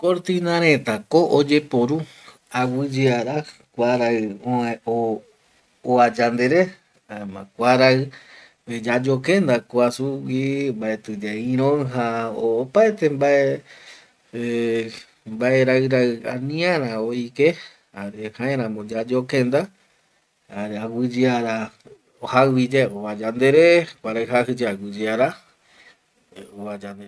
Kortina retako oyeporu aguiyeara kuarai oa yandere jaema kuarai yayokenda kua sugui mbaetiyae iroija o opaete mbae rai rai aniara oike jare jaeramo yayokenda jare aguiyeara jaiviyae oa yandere, kuarai jajiyae aguiyera oa yandere